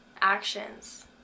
actions